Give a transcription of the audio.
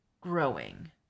growing